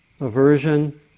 Aversion